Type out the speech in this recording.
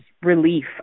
relief